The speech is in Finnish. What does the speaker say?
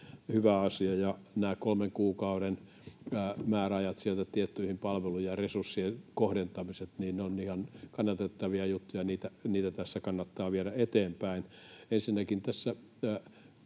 hyvä asia. Nämä kolmen kuukauden määräajat tiettyihin palveluihin ja resurssien kohdentamiset ovat ihan kannatettavia juttuja. Niitä tässä kannattaa viedä eteenpäin.